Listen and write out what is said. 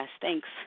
Thanks